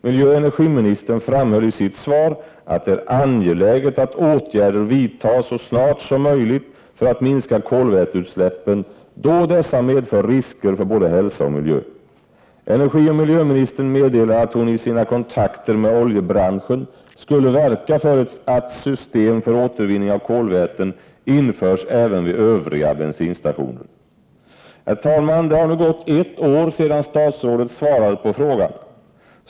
Miljöoch energiministern framhöll i sitt svar att det är angeläget att åtgärder vidtas så snart som möjligt för minskning av kolväteutsläppen, då dessa medför risker för både hälsa och miljö. Miljöoch energiministern meddelade att hon i sina kontakter med oljebranschen skulle verka för att system för återvinning av kolväten införs även vid övriga bensinstationer. Herr talman! Det har nu gått ett år sedan statsrådet svarade på frågan.